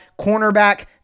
cornerback